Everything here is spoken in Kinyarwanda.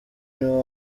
niwo